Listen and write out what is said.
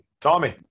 Tommy